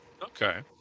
Okay